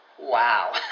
Wow